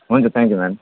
हुन्छ thank you ma'am